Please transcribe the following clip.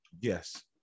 Yes